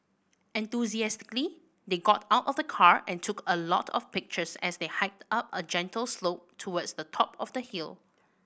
enthusiastically they got out of the car and took a lot of pictures as they hiked up a gentle slope towards the top of the hill